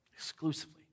Exclusively